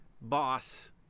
boss